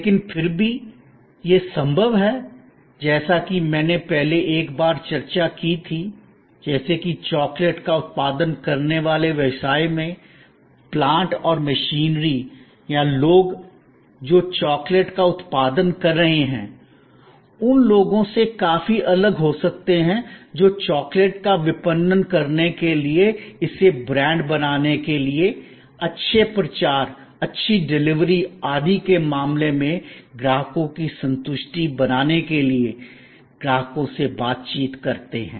लेकिन फिर भी यह संभव है जैसा कि मैंने पहले एक बार चर्चा की थी जैसे कि चॉकलेट का उत्पादन करने वाले व्यवसाय में प्लांट और मशीनरी या लोग जो चॉकलेट का उत्पादन कर रहे हैं उन लोगों से काफी अलग हो सकते हैं जो चॉकलेट का विपणन करने के लिए इसे ब्रांड बनाने के लिए अच्छे प्रचार अच्छी डिलीवरी आदि के मामले में ग्राहकों की संतुष्टि बनाने के लिए ग्राहकों से बातचीत करते हैं